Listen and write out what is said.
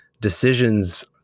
decisions